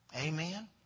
Amen